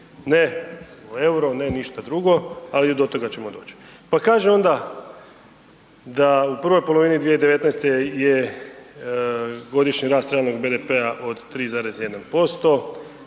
ne u euro, ne ništa drugo, ali i do toga ćemo doć. Pa kaže onda da u prvoj polovini 2019. je godišnji rast realnog BDP-a od 3,1%